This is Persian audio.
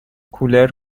کولر